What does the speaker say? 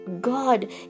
God